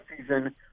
season